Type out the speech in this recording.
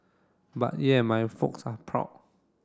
but yeah my folks are proud